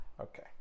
Okay